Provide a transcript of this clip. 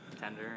tender